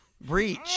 Breach